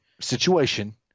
situation